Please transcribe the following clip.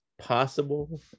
possible